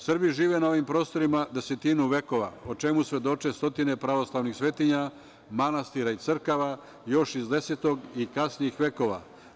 Srbi žive na ovim prostorima desetinu vekova, o čemu svedoče stotine pravoslavnih svetinja, manastira i crkava još iz 10. i kasnijih vekova.